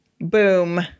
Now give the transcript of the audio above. Boom